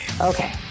okay